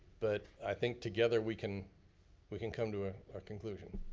but i think together we can we can come to a conclusion.